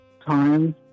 time